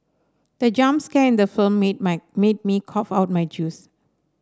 the jump scare in the film made my made me cough out my juice